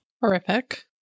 Horrific